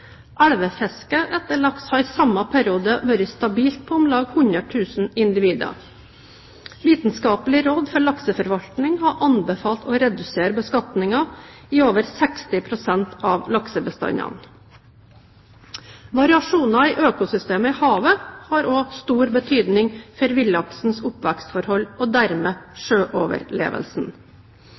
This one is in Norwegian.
etter laks har i samme periode vært stabilt på om lag 100 000 individer. Vitenskapelig råd for lakseforvaltning har anbefalt å redusere beskatningen i over 60 pst. av laksebestandene. Variasjoner i økosystemet i havet har også stor betydning for villaksens oppvekstforhold og dermed sjøoverlevelsen.